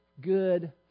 good